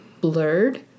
blurred